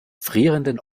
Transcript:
frierenden